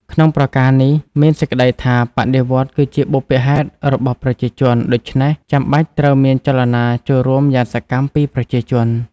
ក្នុងប្រការនេះមានសេចក្តីថា”បដិវត្តន៍គឺជាបុព្វហេតុរបស់ប្រជាជន”ដូច្នេះ ចាំបាច់ត្រូវ មានចលនាចូលរួមយ៉ាងសកម្មពីប្រជាជន។